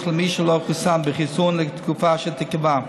למי שלא חוסן בחיסון לתקופה שתיקבע.